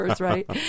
right